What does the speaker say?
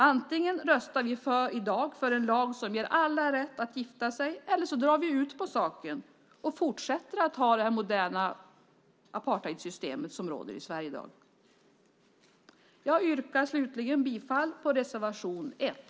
Antingen röstar vi i dag för en lag som ger alla rätt att gifta sig, eller också drar vi ut på saken och fortsätter att ha det moderna apartheidsystem som i dag råder i Sverige. Jag yrkar bifall till reservation 1.